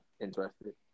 interested